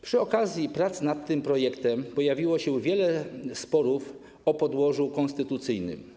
Przy okazji prac nad tym projektem pojawiło się wiele sporów o podłożu konstytucyjnym.